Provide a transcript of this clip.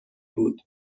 بود